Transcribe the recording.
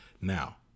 Now